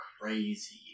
Crazy